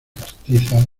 castizas